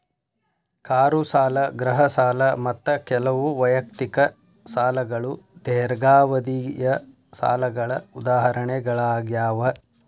car ಸಾಲ ಗೃಹ ಸಾಲ ಮತ್ತ ಕೆಲವು ವೈಯಕ್ತಿಕ ಸಾಲಗಳು ದೇರ್ಘಾವಧಿಯ ಸಾಲಗಳ ಉದಾಹರಣೆಗಳಾಗ್ಯಾವ